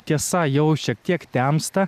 tiesa jau šiek tiek temsta